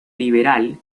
liberal